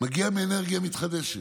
מגיעים מאנרגיה מתחדשת,